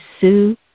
Sue